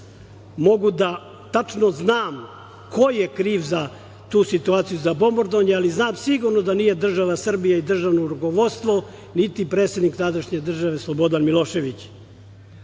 mogu tačno da znam ko je kriv za tu situaciju, za bombardovanje, ali znam sigurno da nije država Srbija i državno rukovodstvo, niti predsednik tadašnje države Slobodan Milošević.